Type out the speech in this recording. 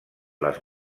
les